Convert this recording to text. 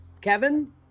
Kevin